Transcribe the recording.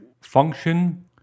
function